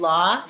Law